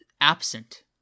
absent